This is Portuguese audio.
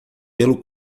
pelo